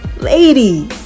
Lady